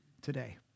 today